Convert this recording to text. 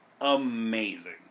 amazing